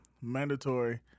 mandatory